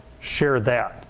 share that.